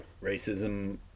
racism